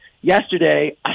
Yesterday